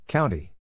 County